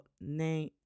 name